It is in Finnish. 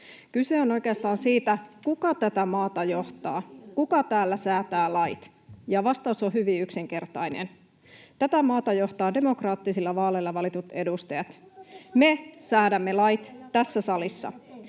Kyse on oikeastaan siitä, kuka tätä maata johtaa, kuka täällä säätää lait. Vastaus on hyvin yksinkertainen: tätä maata johtavat demokraattisilla vaaleilla valitut edustajat. [Aino-Kaisa